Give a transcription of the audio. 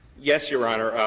yes, your honor.